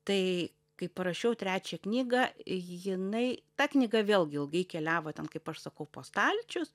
tai kai parašiau trečią knygą jinai ta knyga vėlgi ilgai keliavo ten kaip aš sakau po stalčius